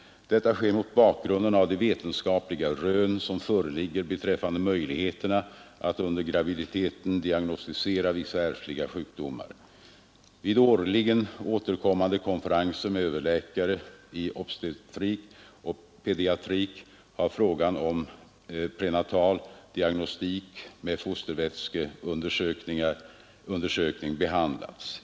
Detta sker mot bakgrunden av de vetenskapliga rön som föreligger beträffande möjligheterna att under graviditeten diagnostisera vissa ärftliga sjukdomar. Vid årligen återkommande konferenser med överläkare i obstetrik och pediatrik har frågan om prenatal diagnostik med fostervätskeundersökning behandlats.